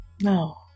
No